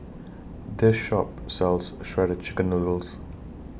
This Shop sells Shredded Chicken Noodles